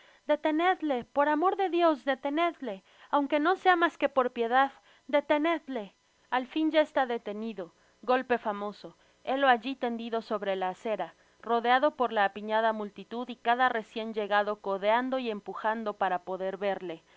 detenedle por amor de dios detenedle aunque no sea mas que por piedad detenedle al fin ya está detenido golpe famoso hélo alli tendido sobre la acera rodeado por la apiñada multitud y cada recien llegado codeando y empujando para poder verle